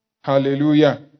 Hallelujah